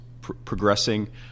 progressing